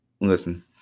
listen